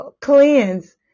cleanse